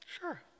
Sure